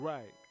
Right